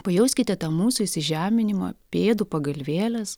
pajauskite tą mūsų įsižeminimą pėdų pagalvėles